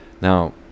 now